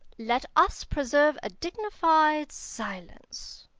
let us preserve a dignified silence.